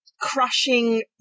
Crushing